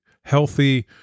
healthy